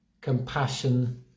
compassion